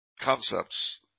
concepts